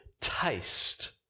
taste